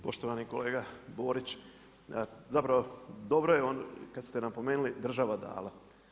Poštovani kolega Borić, zapravo dobro je kada ste napomenuli država dala.